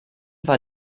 war